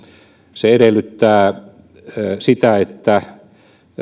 se edellyttää sitä että